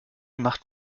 macht